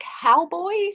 cowboys